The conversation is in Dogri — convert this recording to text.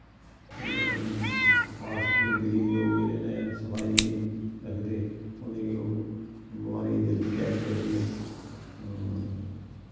खास करी गरीब लोक जेह्ड़े नै सफाई निं रक्खदे उनेंगी ओह् बमारियां जल्दी कैच करदियां